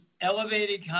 elevated